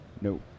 No